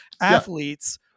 athletes